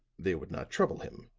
they would not trouble him,